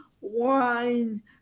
wine